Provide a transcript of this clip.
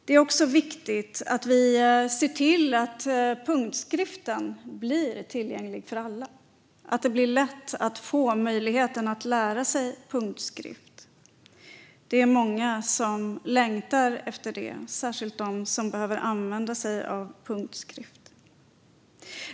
Det är också viktigt att vi ser till att punktskriften blir tillgänglig för alla, att det blir lätt att få möjligheten att lära sig punktskrift. Det är många som längtar efter det, särskilt de som behöver använda sig av punktskrift.